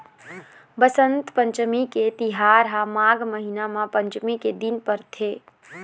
बसंत पंचमी के तिहार ह माघ महिना म पंचमी के दिन परथे